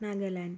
Nagaland